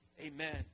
Amen